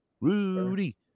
Rudy